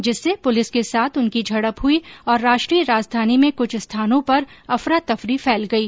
जिससे पुलिस के साथ उनकी झड़प हुई और राष्ट्रीय राजधानी में कुछ स्थानों पर अफरा तफरी फैल गई